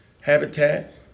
habitat